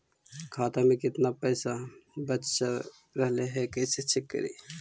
खाता में केतना पैसा बच रहले हे कैसे चेक करी?